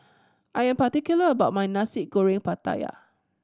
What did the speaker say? I am particular about my Nasi Goreng Pattaya